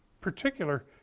particular